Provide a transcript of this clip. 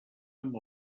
amb